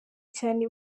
cyane